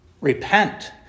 Repent